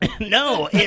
No